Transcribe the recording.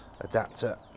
adapter